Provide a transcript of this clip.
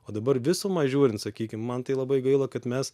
o dabar visumą žiūrint sakykim man tai labai gaila kad mes